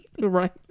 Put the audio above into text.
right